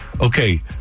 Okay